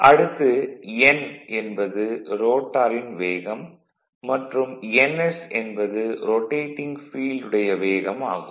அடுத்து n என்பது ரோட்டாரின் வேகம் மற்றும் ns என்பது ரொடேடிங் ஃபீல்டு உடைய வேகம் ஆகும்